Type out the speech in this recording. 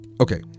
Okay